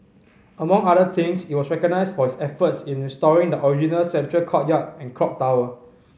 among other things it was recognised for its efforts in restoring the original central courtyard and clock tower